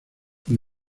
con